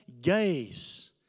gaze